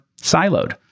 siloed